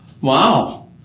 Wow